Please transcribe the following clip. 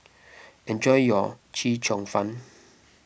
enjoy your Chee Cheong Fun